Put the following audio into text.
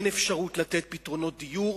אין אפשרות לתת פתרונות דיור,